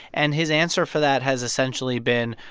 and his answer for that has essentially been,